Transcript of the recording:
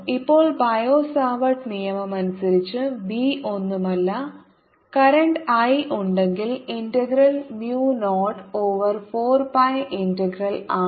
ഇപ്പോൾ Biot Savart നിയമമനുസരിച്ച് B ഒന്നുമല്ല കറന്റ് I ഉണ്ടെങ്കിൽ integral mu 0 over 4 pi integral ആണ്